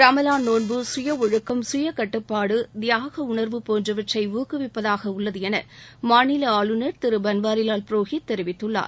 ரமலான் நோன்பு சுய ஒழுக்கம் சுய கட்டுப்பாடு தியாக உணர்வு போன்றவற்றை ஊக்குவிப்பதாக உள்ளது என மாநில ஆளுநர் திரு பன்வாரிவால் புரோகித் தெரிவித்துள்ளார்